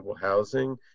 housing